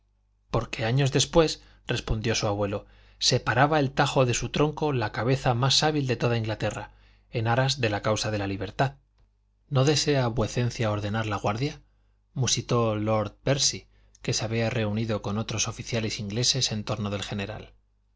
jóliffe porque años después respondió su abuelo separaba el tajo de su tronco la cabeza más hábil de toda inglaterra en aras de la causa de la libertad no desea vuecencia ordenar la guardia musitó lord percy que se había reunido con otros oficiales ingleses en torno del general